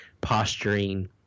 posturing